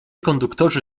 konduktorzy